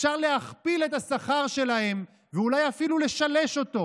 אפשר להכפיל את השכר שלהם, ואולי אפילו לשלש אותו.